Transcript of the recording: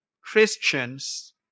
Christians